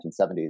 1970s